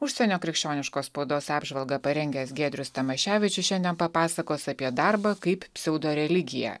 užsienio krikščioniškos spaudos apžvalgą parengęs giedrius tamaševičius šiandien papasakos apie darbą kaip pseudo religiją